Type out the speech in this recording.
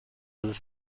this